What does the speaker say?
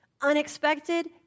Unexpected